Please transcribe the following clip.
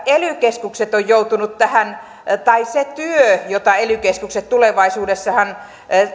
ely keskukset ovat joutuneet tähän tai se työ jota ely keskukset tekevät tulevaisuudessahan